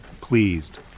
Pleased